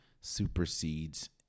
supersedes